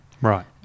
Right